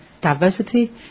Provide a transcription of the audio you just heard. diversity